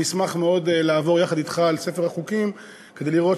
אני אשמח מאוד לעבור יחד אתך על ספר החוקים כדי לראות